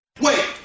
Wait